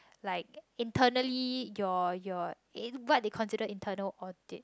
like internally your your uh what did consider internal audit